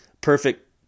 perfect